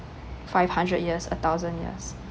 five hundred years a thousand years